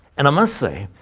and i must say,